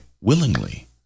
willingly